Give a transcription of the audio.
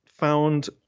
found